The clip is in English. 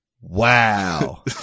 Wow